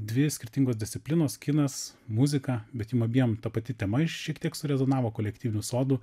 dvi skirtingos disciplinos kinas muzika bet jum abiem ta pati tema šiek tiek surezonavo kolektyvinių sodų